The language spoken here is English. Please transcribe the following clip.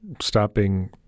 stopping